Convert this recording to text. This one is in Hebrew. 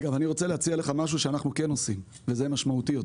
אני רוצה להציע לך משהו שאנחנו כן עושים והוא יותר משמעותי.